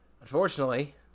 Unfortunately